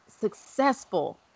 successful